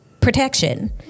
protection